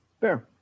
fair